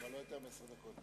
אבל לא יותר מעשר דקות.